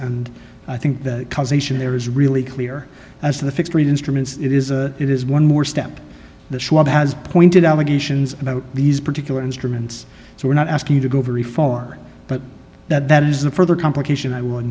and i think the causation there is really clear as to the fixed rate instruments it is it is one more step that has pointed out additions about these particular instruments so we're not asking you to go very far but that is the further complication i w